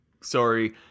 Sorry